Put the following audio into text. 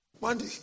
Monday